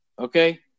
Okay